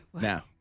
Now